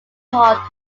hall